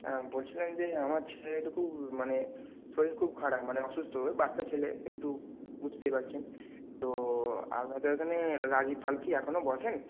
হ্যাঁ বলছিলাম যে আমার ছেলের একটু খুব মানে শরীর খুব খারাপ মানে অসুস্থ ওই বাচ্চা ছেলে একটু বুঝতেই পারছেন তো আপনাদের ওখানে রাজীব পাল কি এখনও বসেন